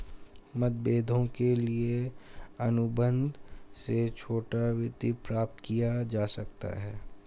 मतभेदों के लिए अनुबंध से छोटा वित्त प्राप्त किया जा सकता है